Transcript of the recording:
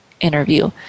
interview